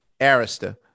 Arista